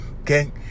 okay